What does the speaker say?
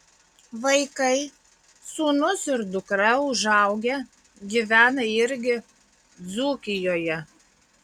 vaikai sūnus ir dukra užaugę gyvena irgi dzūkijoje